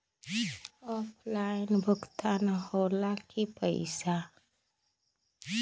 Offline भुगतान हो ला कि पईसा?